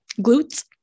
glutes